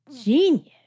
genius